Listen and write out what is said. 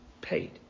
paid